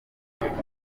ahantu